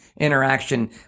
Interaction